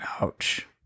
Ouch